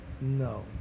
No